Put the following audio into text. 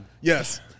Yes